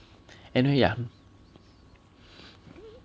anyway yeah